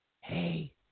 hey